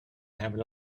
have